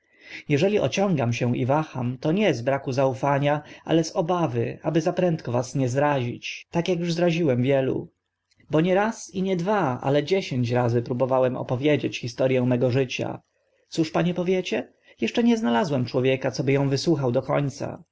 jeżeli ociągam się i waham to nie z braku zaufania ale z obawy aby za prędko was nie zrazić tak ak zraziłem uż wielu bo nie raz i nie dwa ale dziesięć razy próbowałem opowiedzieć historię mego życia cóż panie powiecie jeszcze nie znalazłem człowieka co by ą wysłuchał do końca